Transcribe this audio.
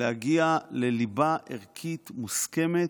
להגיע לליבה ערכית מוסכמת.